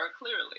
clearly